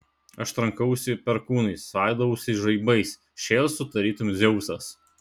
aš trankausi perkūnais svaidausi žaibais šėlstu tarytum dzeusas